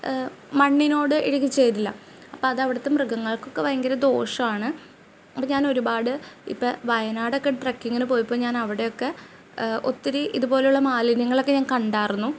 മണ്ണിനോട് ഇഴുകി ചേരില്ല അപ്പം അത് അവിടത്തെ മൃഗങ്ങൾകൊക്കെ ഭയങ്കര ദോഷമാണ് അപ്പം ഞാൻ ഒരുപാട് ഇപ്പം വയനാടൊക്കെ ട്രെക്കിങ്ങിന് പോയപ്പോൾ ഞാൻ അവിടെയൊക്കെ ഒത്തിരി ഇതു പോലുള്ള മാലിന്യങ്ങളൊക്കെ ഞാൻ കണ്ടായിരുന്നു